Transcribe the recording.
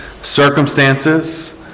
circumstances